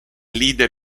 leader